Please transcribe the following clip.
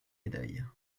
médaille